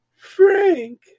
Frank